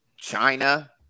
China